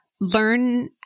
learn